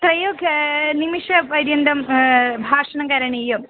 तयो क्या निमेषपर्यन्तं भाषणं करणीयम्